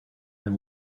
when